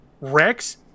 Rex